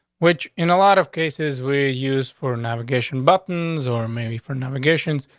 which in a lot of cases, were used for navigation buttons or maybe for navigations.